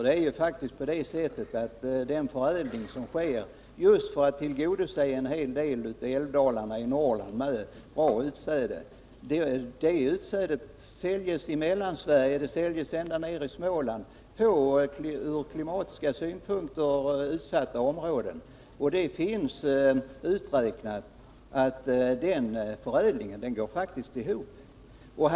Det är faktiskt på det sättet att tack vare den förädling som sker just för att tillgodose en hel del av älvdalarna i Norrland med bra utsäde har man fått fram ett utsäde som säljs i Mellansverige och ända ner i Småland, för användning på ur klimatisk synpunkt utsatta områden. Det finns uträknat att den förädlingen faktiskt går ihop.